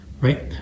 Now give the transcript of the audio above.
right